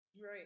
Right